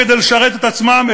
כדי לשרת את עצמם,